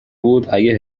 بود، اگه